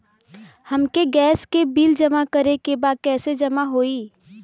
हमके गैस के बिल जमा करे के बा कैसे जमा होई?